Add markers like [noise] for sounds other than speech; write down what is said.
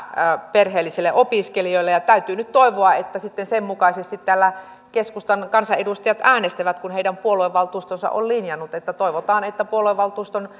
perheellisille opiskelijoille ja täytyy nyt toivoa että sen mukaisesti täällä keskustan kansanedustajat äänestävät kun heidän puoluevaltuustonsa on linjannut eli toivotaan että puoluevaltuuston [unintelligible]